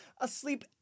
asleep